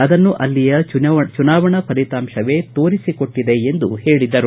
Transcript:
ಅದನ್ನು ಅಲ್ಲಿಯ ಚುನಾವಣಾ ಫಲಿತಾಂಶವೇ ತೋರಿಸಿಕೊಟ್ಟದೆ ಎಂದು ಹೇಳಿದರು